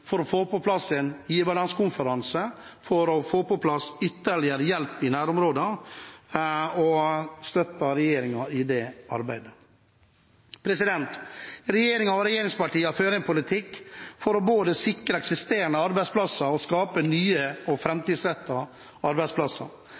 for å få på plass ytterligere hjelp i nærområdene, og støtter regjeringen i det arbeidet. Regjeringen og regjeringspartiene fører en politikk for både å sikre eksisterende arbeidsplasser og å skape nye og framtidsrettede arbeidsplasser.